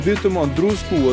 bitumo druskų